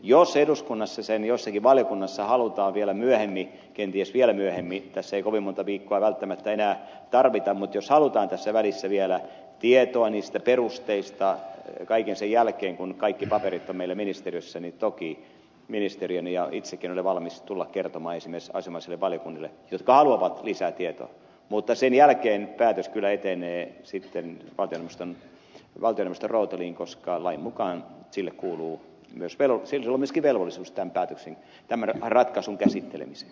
jos eduskunnassa sen jossakin valiokunnassa halutaan vielä myöhemmin kenties vielä myöhemmin tässä ei kovin monta viikkoa välttämättä enää tarvita mutta jos halutaan tässä välissä vielä tietoa niistä perusteista kaiken sen jälkeen kun kaikki paperit on meillä ministeriössä niin toki ministeriöni ja itsekin olen valmis tulemaan kertomaan esimerkiksi asianomaisille valiokunnille jotka haluavat lisää tietoa mutta sen jälkeen päätös kyllä etenee sitten valtioneuvoston rooteliin koska lain mukaan sillä on myöskin velvollisuus tämän ratkaisun käsittelemiseen